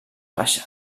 baixa